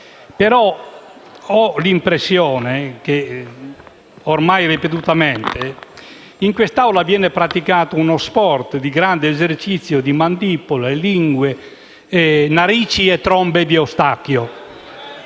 però l'impressione che, ormai ripetutamente in quest'Assemblea, viene praticato uno sport di grande esercizio di mandibole, lingue, narici e trombe di Eustachio,